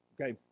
Okay